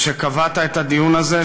על שקבעת את הדיון הזה,